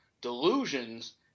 delusions